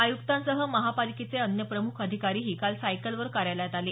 आयुक्तांसह महापालिकेचे अन्य प्रमुख अधिकारीही काल सायकलवर कार्यालयात आले